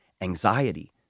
anxiety